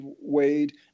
Wade